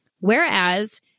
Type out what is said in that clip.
Whereas